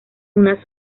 una